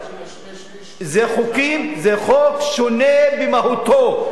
זה חוק שונה במהותו.